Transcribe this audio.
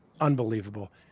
unbelievable